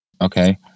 okay